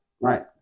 right